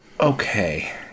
Okay